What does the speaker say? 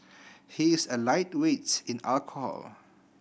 he is a lightweight in alcohol